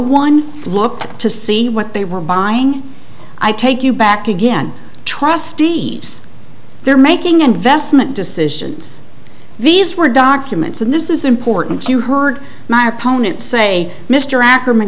one looked to see what they were buying i take you back again trust steve's they're making investment decisions these were documents and this is important you heard my opponent say mr a